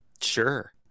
Sure